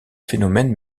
phénomènes